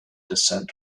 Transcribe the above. descent